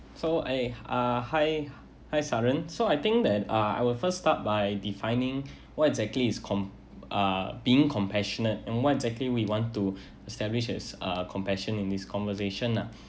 so eh uh hi hi saran so I think that uh I will first start by defining what's exactly is com~ uh being compassionate and what's exactly we want to establish as uh compassion in this conversation nah